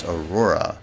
Aurora